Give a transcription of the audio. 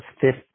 fifth